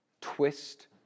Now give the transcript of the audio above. twist